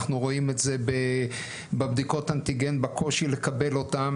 אנחנו רואים את זה בבדיקות אנטיגן בקושי לקבל אותם